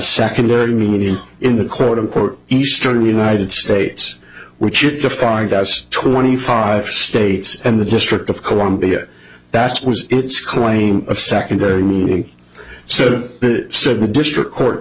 secondary meaning in the quote unquote eastern united states which it defined as twenty five states and the district of columbia that's was its claim of secondary meaning so that said the district